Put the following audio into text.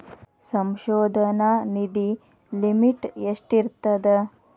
ಸಂಶೋಧನಾ ನಿಧಿ ಲಿಮಿಟ್ ಎಷ್ಟಿರ್ಥದ